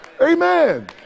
Amen